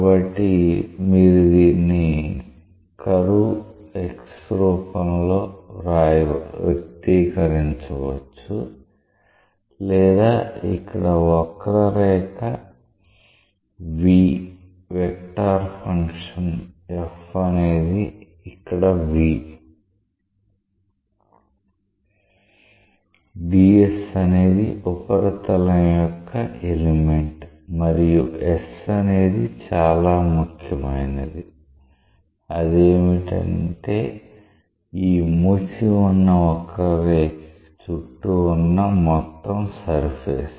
కాబట్టి మీరు దీన్ని కర్వ్ X రూపంలో వ్యక్తీకరించవచ్చు లేదా ఇక్కడ వక్రరేఖ V వెక్టార్ ఫంక్షన్ f అనేది ఇక్కడ V ds అనేది ఉపరితలం యొక్క ఎలిమెంట్ మరియు s అనేది చాలా ముఖ్యమైనది అదేమిటంటే ఈ మూసివున్న వక్రరేఖ కి చుట్టూవున్న మొత్తం సర్ఫేస్